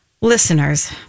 Listeners